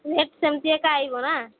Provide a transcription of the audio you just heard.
rate ସେମିତି ଏକା ଆଇବ ନା